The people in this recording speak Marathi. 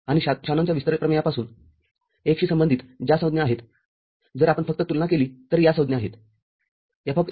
आणि शॅनॉनच्या विस्तार प्रमेयापासून १ शी संबंधित ज्या संज्ञा आहेतजर आपण फक्त तुलना केली तर या संज्ञा आहेत